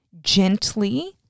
gently